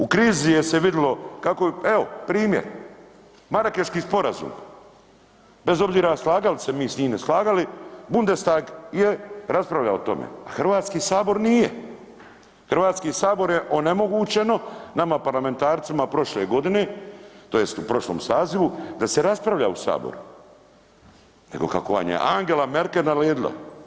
U krizi je se vidlo, evo primjer Marakeški sporazum, bez obzira slagali se mi s njim ne slagali Bundestag je raspravljao o tome, a Hrvatski sabor nije, Hrvatski sabor je onemogućeno nama parlamentarcima prošle godine tj. u prošlom sazivu da se raspravlja u saboru, nego kako vam je Angela Merkel naredila.